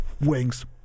Wings